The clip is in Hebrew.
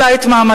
אלא את מעמדך.